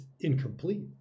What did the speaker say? incomplete